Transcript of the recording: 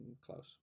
Close